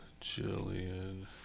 Jillian